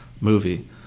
movie